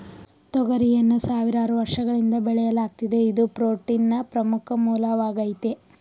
ತೊಗರಿಯನ್ನು ಸಾವಿರಾರು ವರ್ಷಗಳಿಂದ ಬೆಳೆಯಲಾಗ್ತಿದೆ ಇದು ಪ್ರೋಟೀನ್ನ ಪ್ರಮುಖ ಮೂಲವಾಗಾಯ್ತೆ